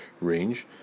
range